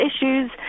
issues